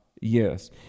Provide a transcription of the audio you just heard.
yes